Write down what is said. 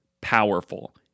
powerful